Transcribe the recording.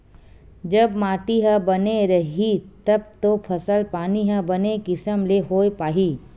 जब माटी ह बने रइही तब तो फसल पानी ह बने किसम ले होय पाही